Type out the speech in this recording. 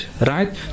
right